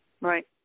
Right